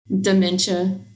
dementia